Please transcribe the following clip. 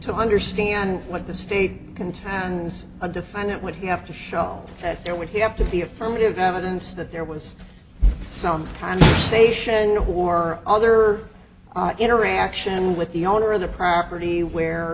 to understand what the state and hands of define it would have to show that there would have to be affirmative evidence that there was some kind of station or other interaction with the owner of the property where